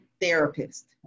therapist